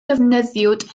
defnyddiwyd